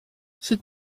sut